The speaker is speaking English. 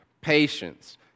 patience